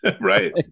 right